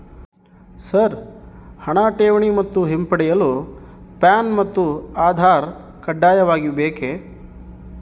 Sir ಹಣ ಠೇವಣಿ ಮತ್ತು ಹಿಂಪಡೆಯಲು ಪ್ಯಾನ್ ಮತ್ತು ಆಧಾರ್ ಕಡ್ಡಾಯವಾಗಿ ಬೇಕೆ?